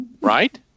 Right